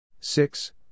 six